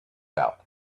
out